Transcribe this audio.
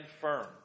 firm